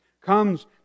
Comes